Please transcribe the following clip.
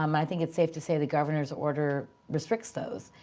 um i think it's safe to say the governor's order restricts those.